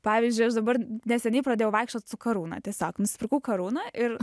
pavyzdžiui aš dabar neseniai pradėjau vaikščiot su karūna tiesiog nusipirkau karūną ir